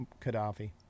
Qaddafi